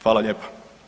Hvala lijepo.